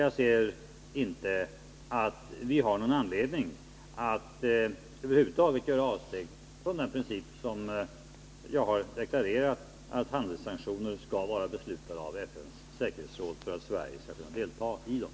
Jag ser inte att vi har någon anledning att över huvud taget göra avsteg från den princip som jag har deklarerat, nämligen att handelssanktioner skall vara beslutade av FN:s säkerhetsråd för att Sverige skall kunna delta i dem.